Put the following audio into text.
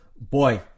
Boy